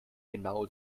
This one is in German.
genau